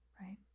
right